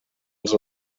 els